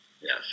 Yes